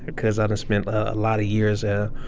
because i done spend a lot of years, ah,